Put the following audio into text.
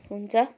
हुन्छ